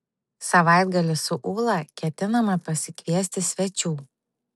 savaitgalį su ūla ketiname pasikviesti svečių